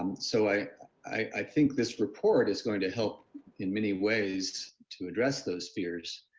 so i i think this report is going to help in many ways to address those fears.